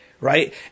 right